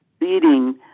leading